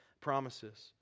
promises